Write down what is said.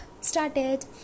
started